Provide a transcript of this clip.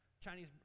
Chinese